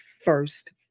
first